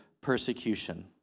persecution